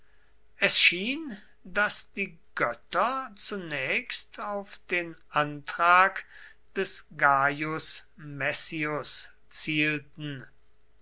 es schien daß die götter zunächst auf den antrag des gaius messius zielten